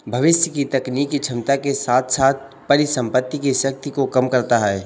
भविष्य की तकनीकी क्षमता के साथ साथ परिसंपत्ति की शक्ति को कम करता है